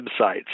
websites